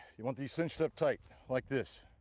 you want these cinched up tight, like this,